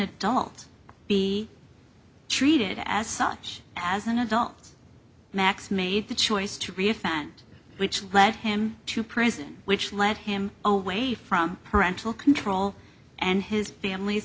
adult be treated as such as an adult max made the choice to re offend which led him to prison which led him away from parental control and his family's